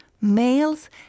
males